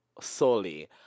solely